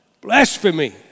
Blasphemy